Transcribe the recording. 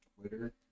Twitter